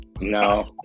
No